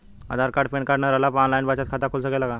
आधार card PAN card न रहला पर आन लाइन बचत खाता खुल सकेला का?